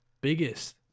biggest